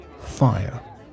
Fire